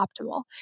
optimal